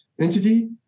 entity